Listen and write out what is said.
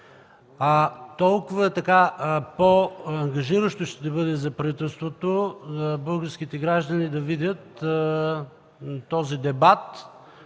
на мощности. По-ангажиращо ще бъде за правителството, за българските граждани да видят този дебат,